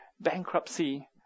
bankruptcy